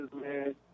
man